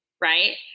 Right